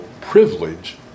privilege